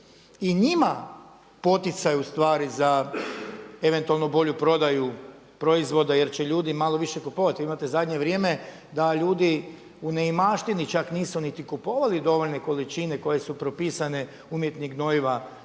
i njima poticaj ustvari za eventualno bolju prodaju proizvoda jer će ljudi malo više kupovati. Vi imate u zadnje vrijeme da ljudi u neimaštini nisu čak niti kupovali dovoljne količine koje su propisane umjetnih gnojiva,